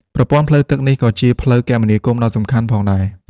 ប្រព័ន្ធផ្លូវទឹកនេះក៏ជាផ្លូវគមនាគមន៍ដ៏សំខាន់ផងដែរ។